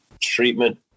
treatment